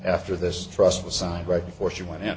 after this trust was signed right before she went